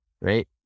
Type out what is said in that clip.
Right